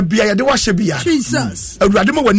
Jesus